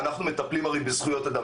אנחנו מכירים אותם,